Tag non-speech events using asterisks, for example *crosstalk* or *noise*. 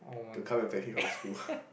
to come and fetch me *laughs* from school